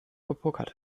gepokert